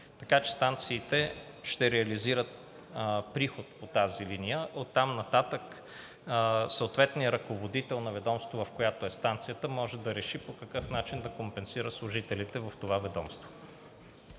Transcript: Така че станциите ще реализират приход по тази линия. Оттам нататък съответният ръководител на ведомството, на което е станцията, може да реши по какъв начин да компенсира служителите в това ведомство.